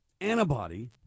antibody